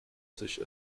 sich